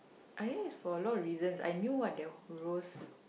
I think it's for a lot of reasons I knew what the rose